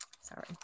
Sorry